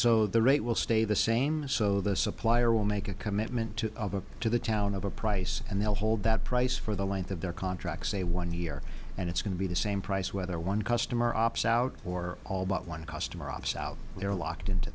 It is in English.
so the rate will stay the same so the supplier will make a commitment to to the town of a price and they'll hold that price for the length of their contract say one year and it's going to be the same price whether one customer ups out or all but one customer ops out there locked into